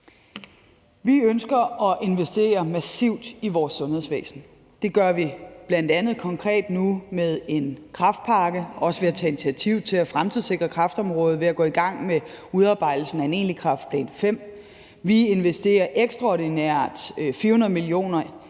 Vi ønsker at investere massivt i vores sundhedsvæsen. Det gør vi nu bl.a. konkret med en kræftpakke og også ved at tage initiativ til at fremtidssikre kræftområdet ved at gå i gang med udarbejdelsen af en egentlig kræftplan V. Vi investerer her i indeværende år